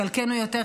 חלקנו יותר,